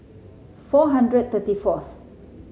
four hundred thirty fourth